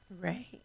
Right